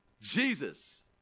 Jesus